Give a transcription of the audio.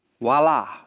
voila